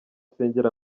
asengera